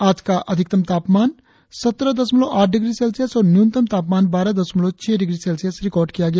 आज का अधिकतम तापमान सत्रह दशमलव आठ डिग्री सेल्सियस और न्यूनतम तापमान बारह दशमलव छह डिग्री सेल्सियस रिकार्ड किया गया